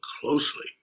closely